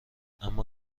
اما